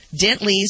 Dentleys